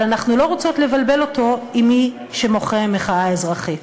אנחנו לא רוצות לבלבל אותו עם מי שמוחה מחאה אזרחית.